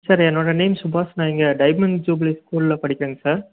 sir என்னோட name சுபாஷ் நான் இங்கே டைமண்ட் ஜூப்லி ஸ்கூலில் படிக்குறேங்க சார்